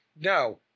no